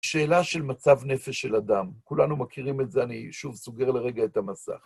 שאלה של מצב נפש של אדם. כולנו מכירים את זה, אני שוב סוגר לרגע את המסך.